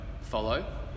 follow